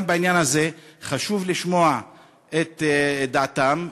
גם בעניין הזה חשוב לשמוע את דעתם,